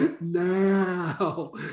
now